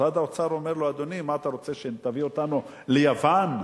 משרד האוצר אומר לו: אדוני,